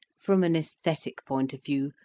from an aesthetic point of view,